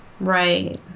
Right